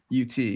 UT